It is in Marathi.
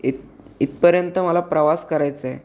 इथ इथपर्यंत मला प्रवास करायचा आहे